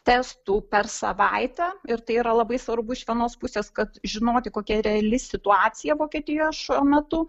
testų per savaitę ir tai yra labai svarbu iš vienos pusės kad žinoti kokia reali situacija vokietijoj šiuo metu